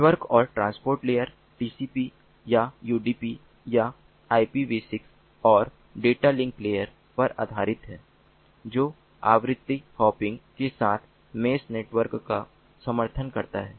network और transport layer TCP या UDP या IPv6 और डाटा लिंक लेयर पर आधारित हैं जो आवृत्ति हॉपिंग के साथ मेस नेटवर्क का समर्थन करता है